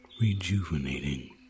rejuvenating